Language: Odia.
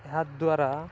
ଏହା ଦ୍ୱାରା